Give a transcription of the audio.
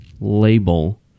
label